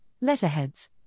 letterheads